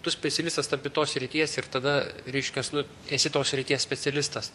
tu specialistas tampi tos srities ir tada reiškias nu esi tos srities specialistas